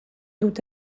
dut